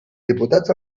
diputats